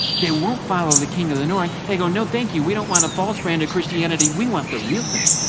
they won't follow the king of the north. they say, no thank you, we don't want a false brand of christianity, we want the real thing,